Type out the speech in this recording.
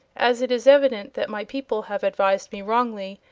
as it is evident that my people have advised me wrongly,